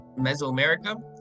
Mesoamerica